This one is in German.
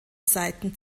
seiten